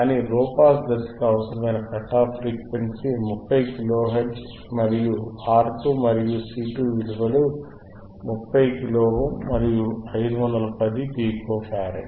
కానీ లోపాస్ దశ కి అవసరమైన కట్ ఆఫ్ఫ్రీక్వెన్సీ 30 కిలో హెర్ట్జ్ మరియు R2 మరియు C2 విలువలు 30 కిలో ఓమ్ మరియు 510 పికో ఫారడ్